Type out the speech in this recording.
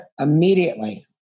immediately